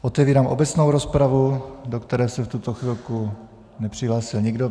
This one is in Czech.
Otevírám obecnou rozpravu, do které se v tuto chvilku nepřihlásil nikdo.